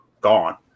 gone